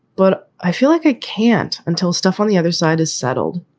but i feel like i can't until stuff on the other side is settled.